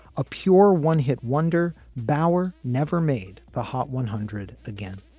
a pure one hit wonder bauer never made the hot one hundred again.